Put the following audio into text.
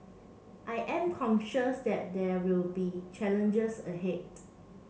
I am conscious that there will be challenges ahead